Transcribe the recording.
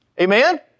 Amen